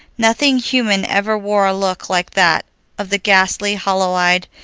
nothing human ever wore a look like that of the ghastly, hollow-eyed,